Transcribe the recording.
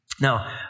Now